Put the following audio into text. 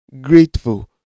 grateful